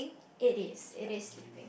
it is it is sleeping